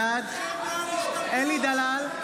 בעד אלי דלל,